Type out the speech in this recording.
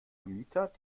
vermieter